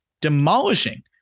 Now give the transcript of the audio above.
demolishing